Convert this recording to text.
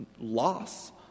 loss